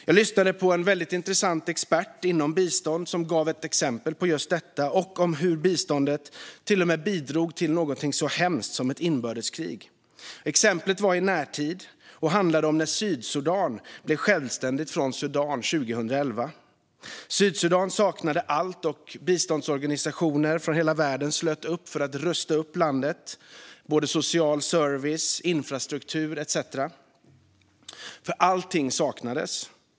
Jag lyssnade på en väldigt intressant expert inom bistånd som gav ett exempel på just detta och hur biståndet till och med bidrog till något så hemskt som ett inbördeskrig. Exemplet var i närtid och handlade om när Sydsudan blev självständigt från Sudan 2011. Sydsudan saknade allt, och biståndsorganisationer från hela världen slöt upp för att rusta upp landet med social service, infrastruktur etcetera, för allting saknades.